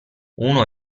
uno